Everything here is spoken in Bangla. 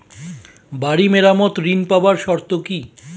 বাড়ি মেরামত ঋন পাবার শর্ত কি?